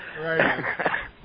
Right